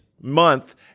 month